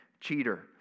cheater